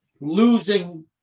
losing